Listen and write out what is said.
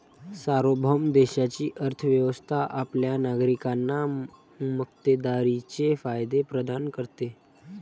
सार्वभौम देशाची अर्थ व्यवस्था आपल्या नागरिकांना मक्तेदारीचे फायदे प्रदान करते